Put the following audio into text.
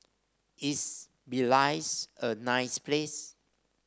is Belize a nice place